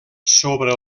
sobre